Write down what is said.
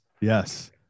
Yes